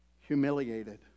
humiliated